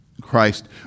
Christ